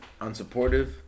Unsupportive